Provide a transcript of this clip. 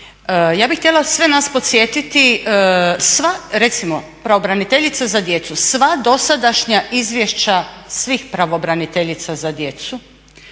Ja bih htjela sve nas podsjetiti. Sva recimo pravobraniteljica za djecu, sva dosadašnja izvješća svih pravobraniteljica za djecu